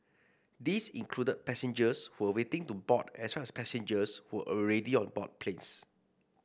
these included passengers who were waiting to board as well as passengers who were already on board planes